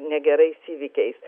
negerais įvykiais